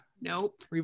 nope